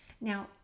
Now